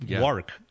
work